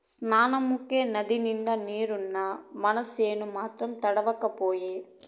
సార్నముకే నదినిండుగా నీరున్నా మనసేను మాత్రం తడవక పాయే